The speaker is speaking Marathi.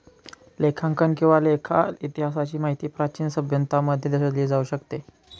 लेखांकन किंवा लेखा इतिहासाची माहिती प्राचीन सभ्यतांमध्ये शोधली जाऊ शकते